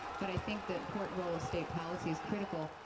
but i think the important role of state policy is critical.